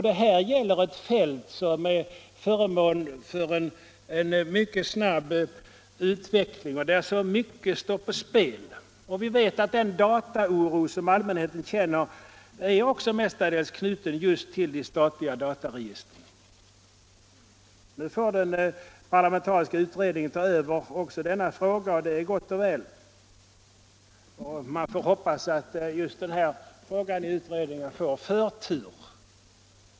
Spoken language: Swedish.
Det gäller här ett område på vilket sker en snabb utveckling och där mycket står på spel. Den ”dataoro” som allmänheten känner är också mestadels knuten till just de statliga dataregistren. Nu får den parlamentariska utredningen ta över denna fråga, och det är gott och väl. Man får hoppas att frågan ges förtur i utredningen.